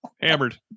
Hammered